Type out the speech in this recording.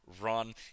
run